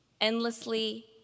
endlessly